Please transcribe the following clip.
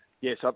Yes